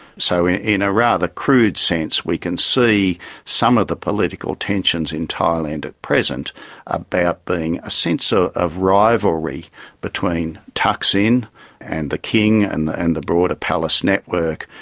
so in a rather crude sense we can see some of the political tensions in thailand at present about being a sense ah of rivalry between thaksin and the king and the and the broader palace network,